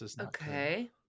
Okay